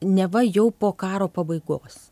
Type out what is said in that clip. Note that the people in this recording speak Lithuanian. neva jau po karo pabaigos